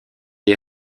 est